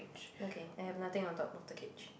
okay I have nothing on top of the cage